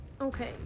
okay